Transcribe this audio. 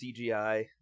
CGI